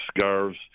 scarves